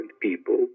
people